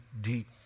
deep